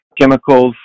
chemicals